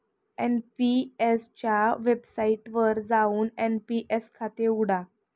NPS च्या वेबसाइटवर जाऊन एन.पी.एस खाते उघडा